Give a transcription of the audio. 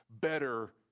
better